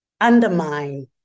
undermine